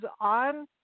on